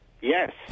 yes